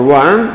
one